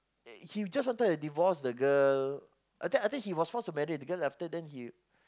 he just wanted divorce the girl I think I think he was forced to marry the girl after than he